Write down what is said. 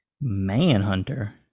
Manhunter